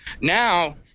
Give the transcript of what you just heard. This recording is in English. Now